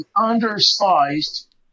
undersized